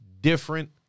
different